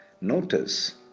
notice